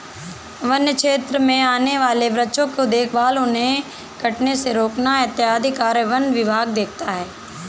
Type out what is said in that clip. वन्य क्षेत्र में आने वाले वृक्षों की देखभाल उन्हें कटने से रोकना इत्यादि कार्य वन विभाग देखता है